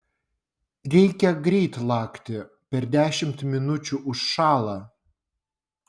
reikia greit lakti per dešimt minučių užšąla